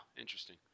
interesting